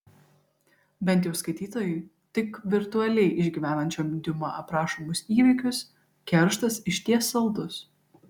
bent jau skaitytojui tik virtualiai išgyvenančiam diuma aprašomus įvykius kerštas išties saldus